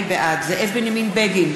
בעד זאב בנימין בגין,